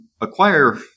acquire